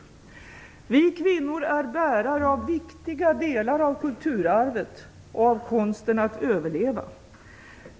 Vi kvinnor är bärare av viktiga delar av kulturarvet och av konsten att överleva.